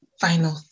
final